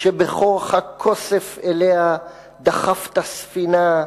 שבכוח-הכוסף-אליה דחפת ספינה,